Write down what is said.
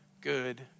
good